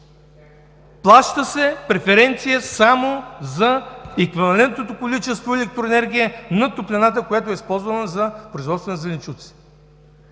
Плаща се преференция само за еквивалентното количество електроенергия на топлината, която е използвана за производство на зеленчуци.